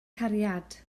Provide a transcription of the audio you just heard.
cariad